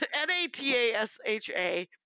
N-A-T-A-S-H-A